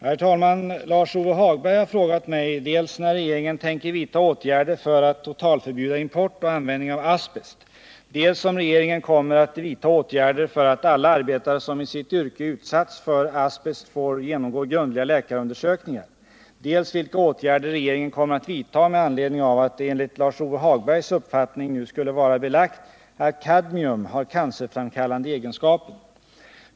Herr talman! Lars-Ove Hagberg har frågat mig dels när regeringen tänker vidta åtgärder för att totalförbjuda import och användning av asbest, dels om regeringen kommer att vidta åtgärder för att alla arbetare som i sitt yrke utsatts för asbest får genomgå grundliga läkarundersökningar, dels vilka åtgärder regeringen kommer att vidta med anledning av att det enligt Lars Ove Hagbergs uppfattning nu skulle vara belagt att kadmium har cancerframkallande egenskaper.